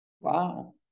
Wow